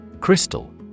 Crystal